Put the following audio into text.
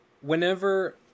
whenever